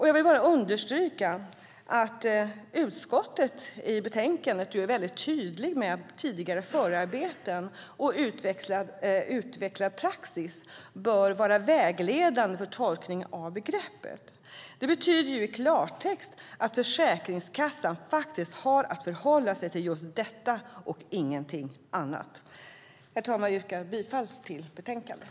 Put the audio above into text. Jag vill understryka att utskottet i betänkandet är väldigt tydligt med att tidigare förarbeten och utvecklad praxis bör vara vägledande för tolkningen av begreppet. Detta betyder i klartext att Försäkringskassan har att förhålla sig till just detta och inget annat. Jag yrkar bifall till förslaget i betänkandet.